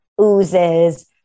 oozes